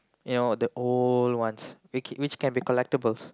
ya all the old ones which can be collectibles